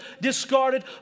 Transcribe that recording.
discarded